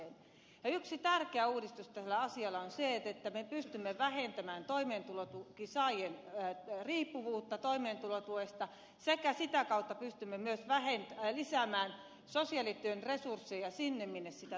yksi tärkeä uudistus tässä asiassa on se että me pystymme vähentämään toimeentulotuen saajien riippuvuutta toimeentulotuesta sekä sitä kautta pystymme myös lisäämään sosiaalityön resursseja sinne missä niitä tarvitaan